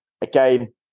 again